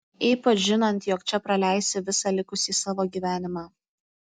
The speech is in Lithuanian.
ypač žinant jog čia praleisi visą likusį savo gyvenimą